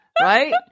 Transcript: Right